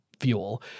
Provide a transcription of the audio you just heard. fuel